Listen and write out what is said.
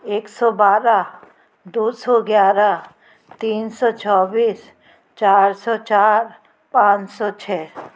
एक सौ बारह दो सौ ग्यारह तीन सौ चौबीस चार सौ चार पाँच सौ छः